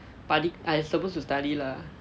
படி~:padi~ I suppose to study lah